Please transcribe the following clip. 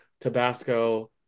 Tabasco